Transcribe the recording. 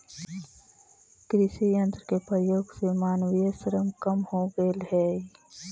कृषि यन्त्र के प्रयोग से मानवीय श्रम कम हो गेल हई